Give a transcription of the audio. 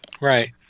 Right